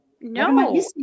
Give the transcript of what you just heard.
No